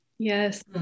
yes